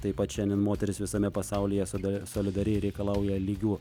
taip pat šiandien moterys visame pasaulyje soli solidariai reikalauja lygių